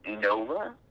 Nova